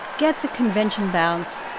gets a convention bounce.